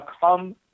come